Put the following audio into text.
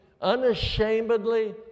unashamedly